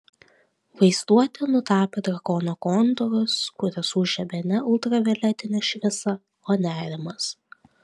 vaizduotė nutapė drakono kontūrus kuriuos užžiebė ne ultravioletinė šviesa o nerimas